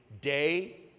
day